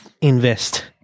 invest